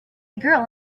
girl